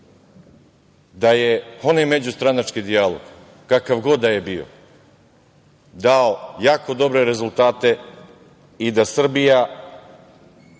da je onaj međustranački dijalog kakav god da je bio, dao jako dobre rezultate, i da Srbija